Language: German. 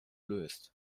löst